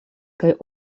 kaj